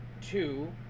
two